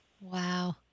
Wow